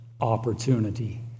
opportunity